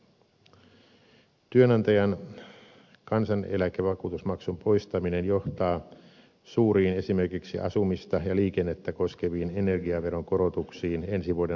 työnantajan kansaneläkevakuutusmaksun poistaminen johtaa suuriin esimerkiksi asumista ja liikennettä koskeviin energiaveron korotuksiin ensi vuoden alussa